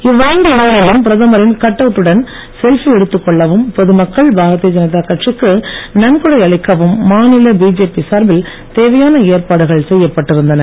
இவ்வைந்து இடங்களிலும் பிரதமரின் கட்அவுட் டுடன் செல்ஃபி எடுத்துக்கொள்ளவும் பொது மக்கள் பாரதிய ஜனதா கட்சிக்கு நன்கொடை அளிக்கவும் மாநில பிஜேபி சார்பில் தேவையான ஏற்பாடுகள் செய்யப்பட்டிருந்தன